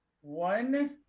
one